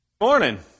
Morning